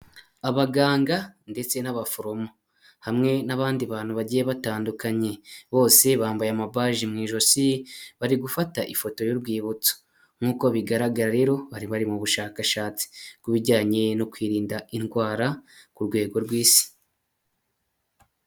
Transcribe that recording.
Abaganga ndetse n'abaforomo, hamwe n'abandi bantu bagiye batandukanye, bose bambaye amabaji mu ijosi bari gufata ifoto y'urwibutso, nk'uko bigaragara rero bari bari mu bushakashatsi, ku bijyanye no kwirinda indwara ku rwego rw'isi.